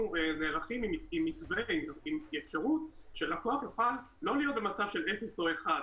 נערכים עם מתווה ועם אפשרות שלקוח יוכל לא להיות במצב של 0 או 1,